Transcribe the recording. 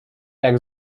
jak